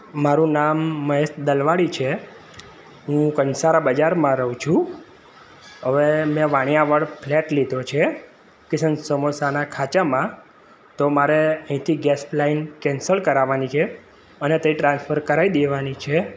મારું નામ મહેશ દલવાડી છે હું કંસારા બજારમાં રહું છું હવે મેં વાણિયાવળ ફ્લેટ લીધો છે કિશન સમોસાના ખાંચામાં તો મારે અહીંથી ગેસ લાઈન કેન્સલ કરાવવાની છે અને તે ટ્રાન્સફર કરાવી દેવાની છે